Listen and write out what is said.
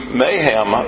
mayhem